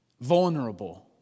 Vulnerable